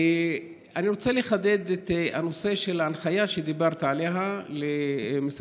אני רוצה לחדד את הנושא של ההנחיה שדיברת עליה למשרד